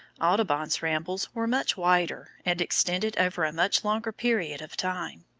audubon's rambles were much wider, and extended over a much longer period of time.